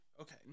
Okay